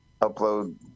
upload